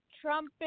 Trump